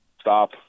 Stop